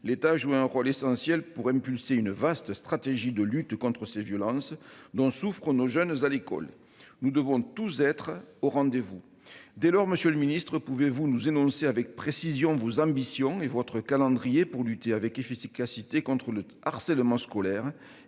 l'État joue un rôle essentiel pour impulser une vaste stratégie de lutte contre ces violences dont souffrent nos jeunes aux à l'école. Nous devons tous être au rendez-vous. Dès lors, Monsieur le Ministre, pouvez-vous nous énoncé avec précision vos ambitions et votre calendrier pour lutter avec efficacité contre le harcèlement scolaire